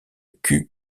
cul